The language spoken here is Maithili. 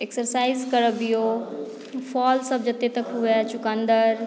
एक्सरसाइज करबियौ फल सभ जते तक हुए चुकन्दर